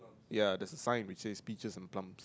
ya the sign which is pictures and plant